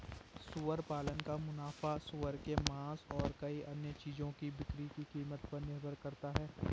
सुअर पालन का मुनाफा सूअर के मांस और कई अन्य चीजों की बिक्री की कीमत पर निर्भर करता है